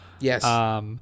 Yes